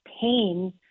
pain